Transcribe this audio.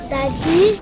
Daddy